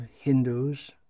Hindus